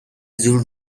زور